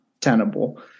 tenable